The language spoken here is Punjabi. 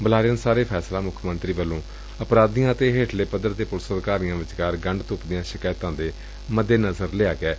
ਬੁਲਾਰੇ ਅਨੁਸਾਰ ਇਹ ਫੈਸਲਾ ਮੁੱਖ ਮੰਤਰੀ ਵੱਲੋਂ ਅਪਰਾਧੀਆਂ ਅਤੇ ਹੇਠਲੇ ਪੱਧਰ ਦੇ ਪੁਲਿਸ ਅਧਿਕਾਰੀਆਂ ਵਿੱਚਕਾਰ ਗੰਢਤੱਪ ਦੀਆਂ ਸ਼ਿਕਾਇਤਾਂ ਦੇ ਮੱਦੇਨਜਰ ਲਿਆ ਗਿਐ